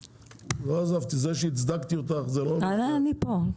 זה שהצדקתי אותך זה לא אומר ש --- אני פה,